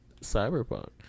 Cyberpunk